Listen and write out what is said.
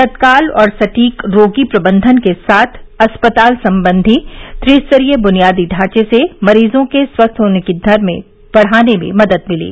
तत्काल और सटीक रोगी प्रबंधन के साथ अस्पताल संबंधी त्रिस्तरीय बुनियादी ढांचे से मरीजों के स्वस्थ होने की दर बढ़ाने में मदद मिली